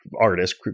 artist